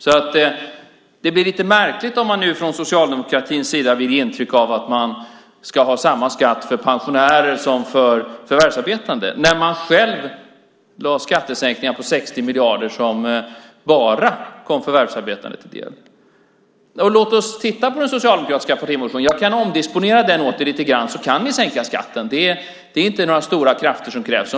Det blir därför lite märkligt om man från socialdemokratins sida nu vill ge intryck av att man ska ha samma skatt för pensionärer som för förvärvsarbetande, samtidigt som man själv lade fram skattesänkningar på 60 miljarder som bara kom de förvärvsarbetande till del. Låt oss titta på den socialdemokratiska partimotionen. Jag kan omdisponera den åt er lite grann så kan ni sänka skatten. Det är inte några stora krafter som krävs.